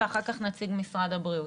ואחר כך נציג משרד הבריאות.